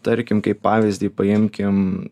tarkim kaip pavyzdį paimkim